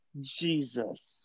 Jesus